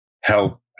help